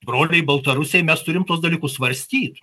broliai baltarusiai mes turim tuos dalykus svarstyt